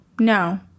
No